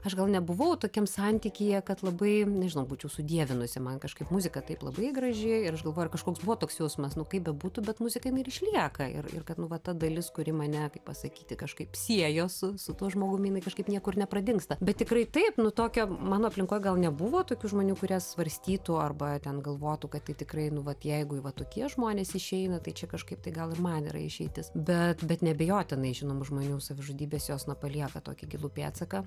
aš gal nebuvau tokiam santykyje kad labai nežinau būčiau sudievinusi man kažkaip muzika taip labai graži ir aš galvoju ar kažkoks buvo toks jausmas nu kaip bebūtų bet muzika jinai ir išlieka ir ir kad nu va ta dalis kuri mane kaip pasakyti kažkaip siejo su su tuo žmogumi jinai kažkaip niekur nepradingsta bet tikrai taip nu tokia mano aplinkoj gal nebuvo tokių žmonių kurie svarstytų arba ten galvotų kad tai tikrai nu vat jeigu va tokie žmonės išeina tai čia kažkaip tai gal ir man yra išeitis bet bet neabejotinai žinomų žmonių savižudybės jos na palieka tokį gilų pėdsaką